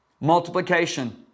multiplication